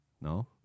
no